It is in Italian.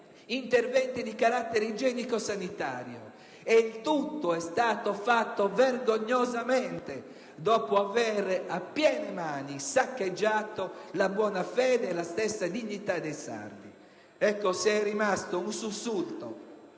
interventi di carattere igienico-sanitario. E il tutto è stato fatto vergognosamente, dopo aver saccheggiato a piene mani la buona fede e la stessa dignità dei sardi. Se è rimasto un sussulto